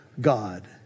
God